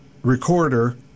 Recorder